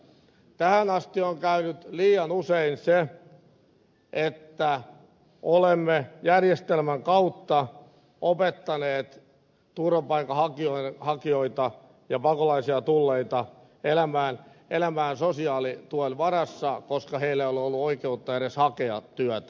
tähän asti on käynyt liian usein niin että olemme järjestelmän kautta opettaneet turvapaikanhakijoita ja pakolaisia elämään sosiaalituen varassa koska heillä ei ole ollut oikeutta edes hakea työtä